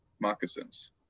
moccasins